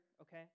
okay